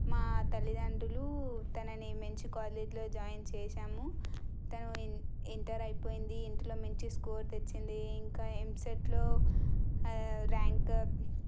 మా తల్లిదండ్రులు తనని మంచి కాలేజీలో జాయిన్ చేసాము తను ఇంటర్ అయిపోయింది ఇంటర్లో మంచి స్కోర్ తెచ్చింది ఇంకా ఎంసెట్లో ర్యాంక్